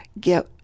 get